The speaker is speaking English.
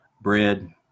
bread